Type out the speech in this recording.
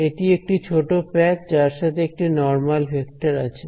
এটি একটি ছোট প্যাচ যার সাথে একটি নরমাল ভেক্টর আছে